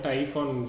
iPhone